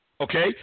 okay